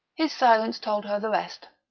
his silence told her the rest.